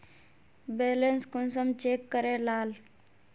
Balance कुंसम check करे लाल?